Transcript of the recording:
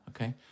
okay